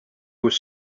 was